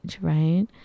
right